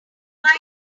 final